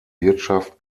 wirtschaft